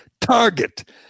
Target